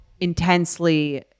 intensely